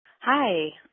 Hi